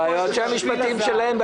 בהחלט, שמצאו את שביל הזהב.